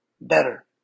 better